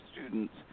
students